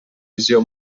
visió